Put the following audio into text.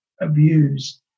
abused